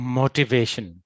motivation